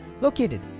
located